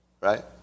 right